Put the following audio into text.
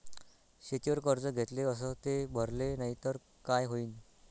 शेतीवर कर्ज घेतले अस ते भरले नाही तर काय होईन?